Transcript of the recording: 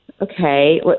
okay